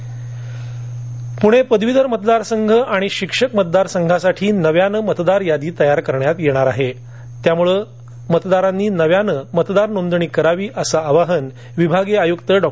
पूणे पदवीधर मतदारसंघ आणि पूणे शिक्षक मतदार संघासाठी नव्यानं मतदारयादी करण्यात येणार आहे त्यामुळे प्रत्येकानं नव्यानं मतदार नोंदणी करावी असं आवाहन विभागीय आयुक्त डॉ